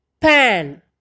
pan